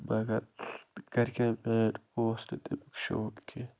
مگر گَرِکٮ۪ن میٛٲنۍ اوس نہٕ تَمیُک شوق کیٚنہہ